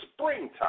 springtime